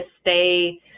stay